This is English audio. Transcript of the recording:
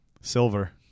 Silver